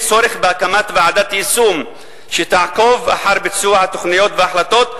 יש צורך בהקמת ועדת יישום שתעקוב אחר ביצוע התוכניות וההחלטות,